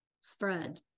spread